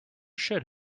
should